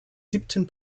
siebten